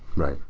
right.